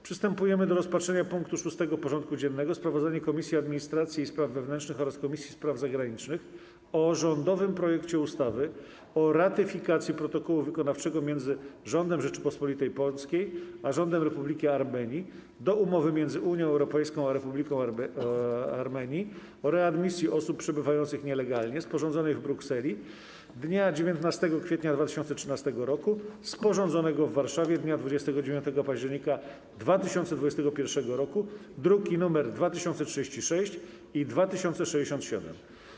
Przystępujemy do rozpatrzenia punktu 6. porządku dziennego: Sprawozdanie Komisji Administracji i Spraw Wewnętrznych oraz Komisji Spraw Zagranicznych o rządowym projekcie ustawy o ratyfikacji Protokołu Wykonawczego między Rządem Rzeczypospolitej Polskiej a Rządem Republiki Armenii do Umowy między Unią Europejską a Republiką Armenii o readmisji osób przebywających nielegalnie, sporządzonej w Brukseli dnia 19 kwietnia 2013 roku, sporządzonego w Warszawie dnia 29 października 2021 roku (druki nr 2036 i 2067)